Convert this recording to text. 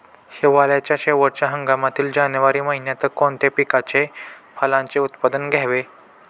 हिवाळ्याच्या शेवटच्या हंगामातील जानेवारी महिन्यात कोणत्या पिकाचे, फळांचे उत्पादन घ्यावे?